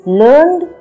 learned